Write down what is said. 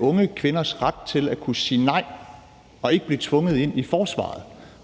unge kvinders ret til at kunne sige nej og ikke blive tvunget ind i forsvaret.